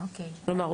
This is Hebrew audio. כלומר,